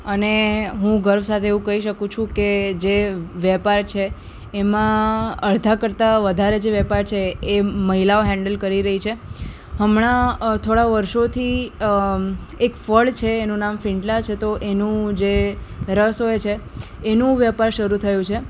અને હું ગર્વ સાથે એવું કહી શકું છું કે જે વ્યાપાર છે એમાં અડધા કરતાં વધારે જે વેપાર છે એ મહિલાઓ હેન્ડલ કરી રહી છે હમણાં થોડા વર્ષોથી એક ફળ છે એનું નામ ફીંડલા છે તો એનું જે રસ હોય છે એનું વેપાર શરૂ થયું છે